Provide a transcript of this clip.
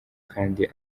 kandi